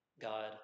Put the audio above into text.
God